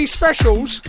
specials